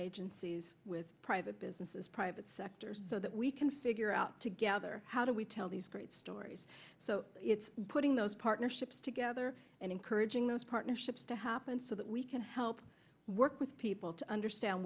agencies with private businesses private sectors so that we can figure out together how do we tell these great stories so it's putting those partnerships together and encouraging those partnerships to happen so that we can help work with people to understand